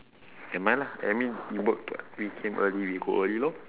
never mind lah I mean it worked what we came early we go early lor